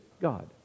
God